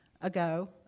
ago